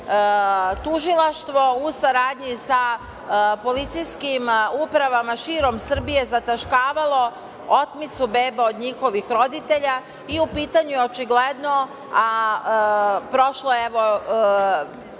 tužilaštvo, u saradnji sa policijskim upravama širom Srbije zataškavalo otmicu beba od njihovih roditelja i u pitanju je očigledno, a prošlo je, evo,